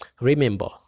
remember